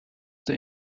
der